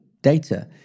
data